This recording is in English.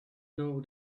know